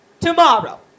tomorrow